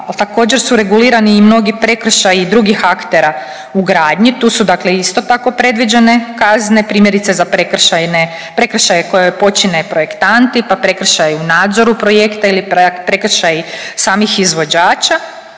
Također su regulirani i mnogi prekršaji i drugih aktera u gradnji. Tu su dakle, isto tako predviđene kazne, primjerice za prekršaje koje počine projektanti, pa prekršaji u nadzoru projekta ili prekršaji samih izvođača.